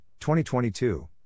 2022